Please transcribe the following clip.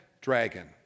dragon